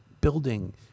building